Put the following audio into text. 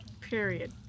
period